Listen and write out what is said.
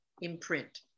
imprint